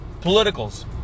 politicals